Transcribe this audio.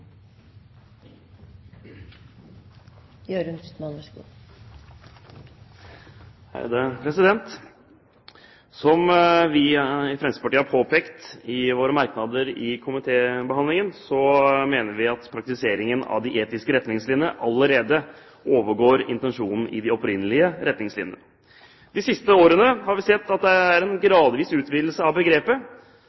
Som vi i Fremskrittspartiet har påpekt i våre merknader i komitébehandlingen, mener vi at praktiseringen av de etiske retningslinjene allerede overgår intensjonen i de opprinnelige retningslinjene. De siste årene har vi sett en gradvis utvidelse av begrepet, at man til stadighet finner opp nye moralske prinsipper om hva som er